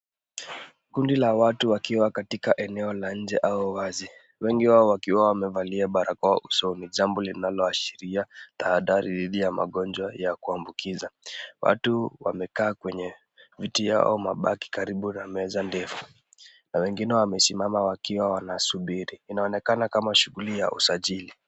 Kundi la watu wakiwa katika eneo la nje au wazi, wengi wao wakiwa wamevalia barakoa usoni jambo linaloashiria tahadhari dhidi ya magonjwa ya kuambukiza. Watu wamekaa kwenye viti au mabaki karibu na meza ndefu na wengine wamesimama wakiwa wanasubiri, inaonekana kama shughuli ya usajili.